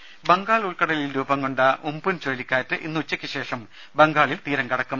രുമ ബംഗാൾ ഉൾക്കടലിൽ രൂപം കൊണ്ട ഉം പുൻ ചുഴലിക്കാറ്റ് ഇന്ന് ഉച്ചയ്ക്ക് ശേഷം ബംഗാളിൽ തീരം കടക്കും